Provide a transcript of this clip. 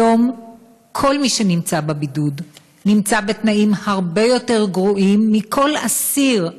היום כל מי שנמצא בבידוד נמצא בתנאים הרבה יותר גרועים מכל אסיר,